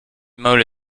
mode